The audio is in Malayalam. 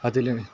അതിൽ